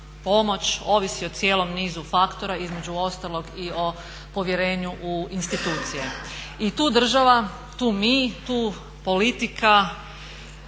pomoć ovisi o cijelom nizu faktora, između ostalog i o povjerenju u institucije. I tu država, tu mi, tu politika